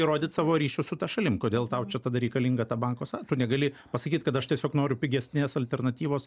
įrodyt savo ryšio su ta šalim kodėl tau čia tada reikalinga ta banko są tu negali pasakyt kad aš tiesiog noriu pigesnės alternatyvos